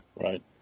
Right